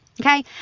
Okay